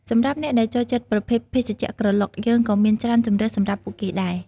សម្រាប់អ្នកដែលចូលចិត្តប្រភេទភេសជ្ជៈក្រឡុក យើងក៏មានច្រើនជម្រើសសម្រាប់ពួកគេដែរ។